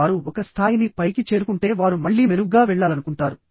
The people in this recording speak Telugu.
వారు ఒక స్థాయిని పైకి చేరుకుంటే వారు మళ్లీ మెరుగ్గా వెళ్లాలనుకుంటారు